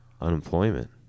Unemployment